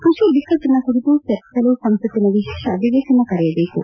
ಕೃಷಿ ಬಿಕ್ಕಟ್ಟಿನ ಕುರಿತು ಚರ್ಚಿಸಲು ಸಂಸತ್ತಿನ ವಿಶೇಷ ಅಧಿವೇಶನ ಕರೆಯ ಬೇಕು